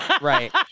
Right